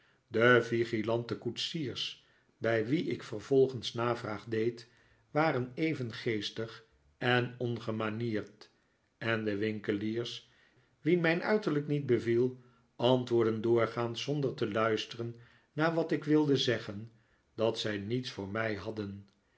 de vigilante koetsiers bij wie ik vervolgens navraag deed waren even geestig en ongemanierd en de winkeliers wien mijn uiterlijk niet beviel antwoordden doorgaans zonder te luisteren naar wat ik wilde zeggen dat zij niets voor mij hadden